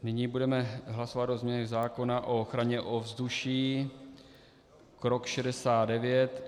Nyní budeme hlasovat o změně zákona o ochraně ovzduší, krok 69.